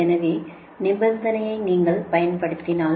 எனவே இந்த நிபந்தனையை நீங்கள் பயன்படுத்தினால்